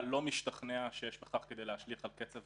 אני לא משתכנע שיש בכך כדי להשליך על קצב